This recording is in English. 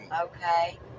Okay